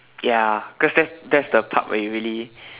ya cause that's that's the part where you really